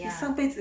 ya